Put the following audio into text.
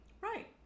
right